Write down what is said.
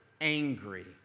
angry